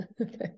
Okay